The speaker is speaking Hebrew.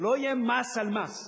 לא יהיה מס על מס.